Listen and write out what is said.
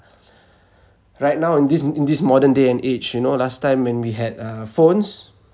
right now in this in this modern day and age you know last time when we had uh phones